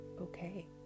okay